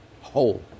whole